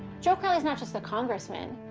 joe crowley is not just a congressman.